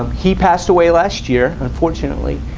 he passed away last year unfortunately,